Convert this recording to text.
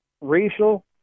racial